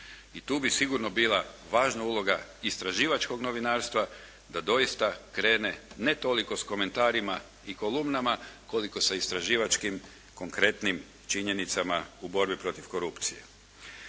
i tu bi sigurno bila važna uloga istraživačkog novinarstva da doista krene ne toliko s komentarima i kolumnama, koliko sa istraživačkim, konkretnim činjenicama u borbi protiv korupcije.